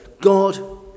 god